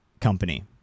Company